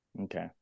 Okay